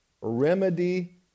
remedy